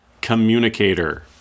Communicator